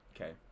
Okay